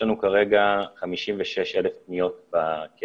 אתה יכול להראות לי אחוז גבוה של הלוואות שאושרו,